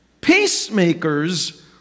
Peacemakers